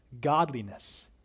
godliness